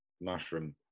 mushroom